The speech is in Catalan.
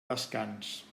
descans